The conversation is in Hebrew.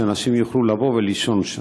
שאנשים יוכלו לבוא ולישון שם.